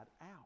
out